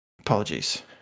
Apologies